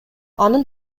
анын